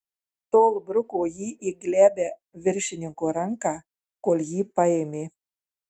tol bruko jį į glebią viršininko ranką kol jį paėmė